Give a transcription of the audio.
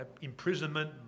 imprisonment